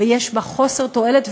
ויש בה חוסר תועלת,